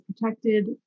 protected